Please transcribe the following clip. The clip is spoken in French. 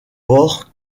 port